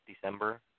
December